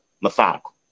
methodical